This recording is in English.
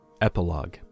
Epilogue